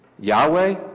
Yahweh